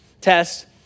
test